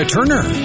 Turner